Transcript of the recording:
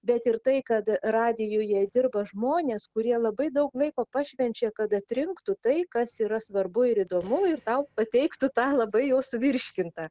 bet ir tai kad radijuje dirba žmonės kurie labai daug laiko pašvenčia kad atrinktų tai kas yra svarbu ir įdomu ir tau pateiktų tą labai jau suvirškintą